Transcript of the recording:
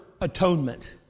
atonement